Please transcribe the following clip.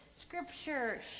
scripture